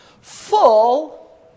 full